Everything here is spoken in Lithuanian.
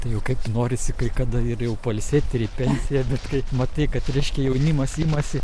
tai jau kaip norisi kai kada ir jau pailsėt ir į pensiją bet kai matai kad reiškia jaunimas imasi